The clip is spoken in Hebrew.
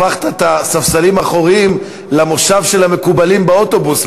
הפכת את הספסלים האחוריים למושב של המקובלים באוטובוס,